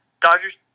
Dodgers